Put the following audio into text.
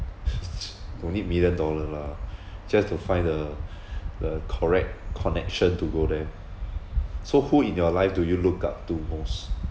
no need million dollar lah just to find the the correct connection to go there so who in your life do you look up to most